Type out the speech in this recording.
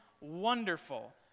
wonderful